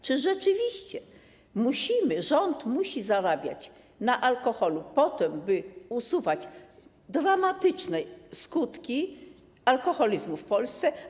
Czy rzeczywiście musimy, rząd musi zarabiać na alkoholu, a potem usuwać dramatyczne skutki alkoholizmu w Polsce?